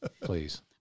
please